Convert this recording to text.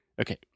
Okay